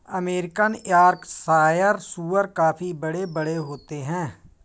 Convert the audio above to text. American Yorkshire सूअर काफी बड़े बड़े होते हैं